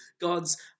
God's